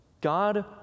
God